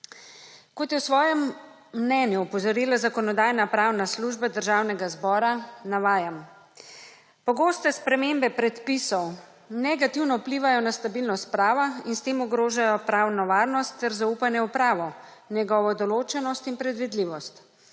(nadaljevanje) mnenju opozorila Zakonodajno-pravna služba Državnega zbora. Navajam: »Pogoste spremembe predpisov negativno vplivajo na stabilnost prava in s tem ogrožajo pravno varnost ter zaupanje v pravo, njegovo določenost in predvidljivost.